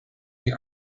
the